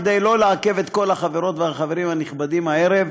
כדי לא לעכב את כל החברות והחברים הנכבדים הערב,